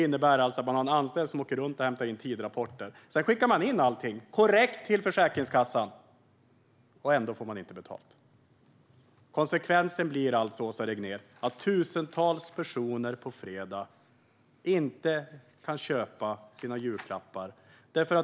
Man har alltså en anställd som åker runt och hämtar in tidrapporter. Sedan skickar man in allting korrekt till Försäkringskassan, och ändå får man inte betalt. Konsekvensen blir, Åsa Regnér, att tusentals personer på fredag inte kan köpa sina julklappar.